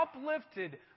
uplifted